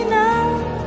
now